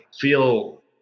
feel